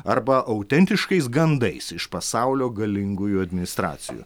arba autentiškais gandais iš pasaulio galingųjų administracijų